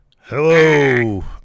Hello